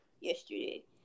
yesterday